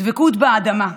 דבקות באדמה,